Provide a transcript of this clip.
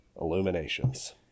Illuminations